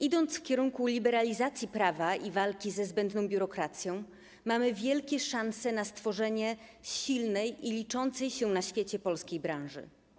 Idąc w kierunku liberalizacji prawa i walki ze zbędną biurokracją, mamy wielkie szanse na stworzenie silnej i liczącej się na świecie polskiej branży.